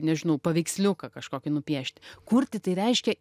nežinau paveiksliuką kažkokį nupiešti kurti tai reiškia